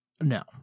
No